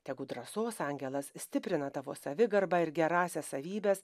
tegu drąsos angelas stiprina tavo savigarbą ir gerąsias savybes